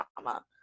drama